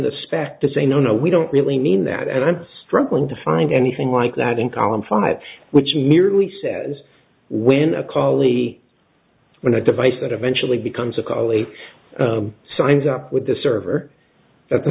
spec to say no no we don't really mean that and i'm struggling to find anything like that in column five which merely says when a collie when a device that eventually becomes a collie signs up with the server that the